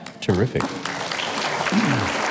terrific